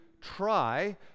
try